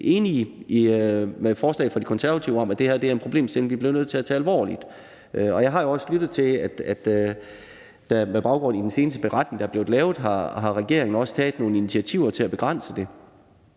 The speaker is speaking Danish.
enige i forslaget fra De Konservative om, at det her er en problemstilling, vi bliver nødt til at tage alvorligt. Jeg har jo også lyttet til, at regeringen med baggrund i den seneste beretning, der blev lavet, også har taget nogle initiativer til at begrænse det.